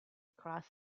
cross